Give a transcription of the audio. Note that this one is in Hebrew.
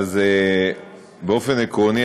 באופן עקרוני,